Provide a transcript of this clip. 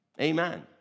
Amen